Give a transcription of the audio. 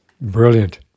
Brilliant